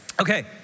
Okay